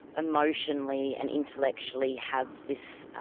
emotionally and intellectually have this